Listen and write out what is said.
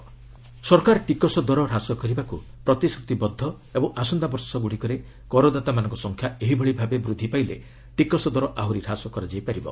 ଟାକ୍ନ rates ସରକାର ଟିକସ ଦର ହ୍ରାସ କରିବାକୁ ପ୍ରତିଶ୍ରୁତିବଦ୍ଧ ଏବଂ ଆସନ୍ତାବର୍ଷମାନଙ୍କରେ କରଦାତାଙ୍କ ସଂଖ୍ୟା ଏହିଭଳି ବୃଦ୍ଧି ପାଇଲେ ଟିକସ୍ ଦର ଆହୁରି ହ୍ରାସ କରାଯାଇପାରିବ